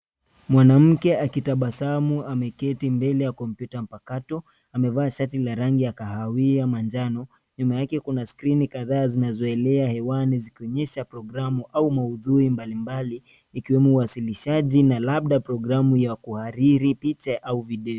Mwanamke akitabasamu ameketi mbele ya kompyuta mpakato amevaa shati la rangi ya kahawia manjano. Nyuma yake kuna skrini kadhaa zinazoelea hewani zikionyesha programu au maudhui mbalimbali ikiwemo uwasilishaji na labda programu ya kuhariri picha au video.